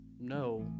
no